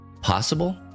possible